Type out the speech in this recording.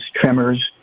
tremors